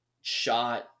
shot